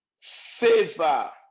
favor